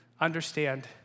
understand